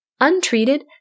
Untreated